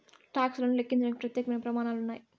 talks లను లెక్కించడానికి ప్రత్యేకమైన ప్రమాణాలు ఉన్నాయి